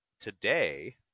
Today